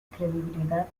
credibilidad